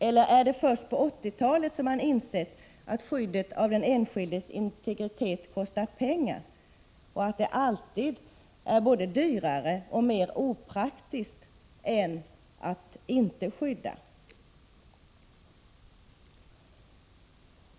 Är det först på 1980-talet som man insett att skyddet av den enskildes integritet kostar pengar och att det alltid är både dyrare och mer opraktiskt att skydda än att inte skydda?